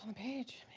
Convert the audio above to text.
um page,